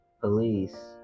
police